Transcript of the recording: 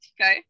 okay